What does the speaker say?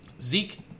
Zeke